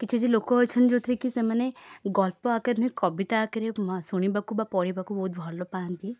କିଛି କିଛି ଲୋକ ଅଛନ୍ତିକି ଯେଉଁଥିରେକି ସେମାନେ ଗଳ୍ପ ଆକାରରେ ନୁହେଁ କବିତା ଆକାରରେ ଶୁଣିବାକୁ ବା ପଢ଼ିବାକୁ ବହୁତ ଭଲପାଆନ୍ତି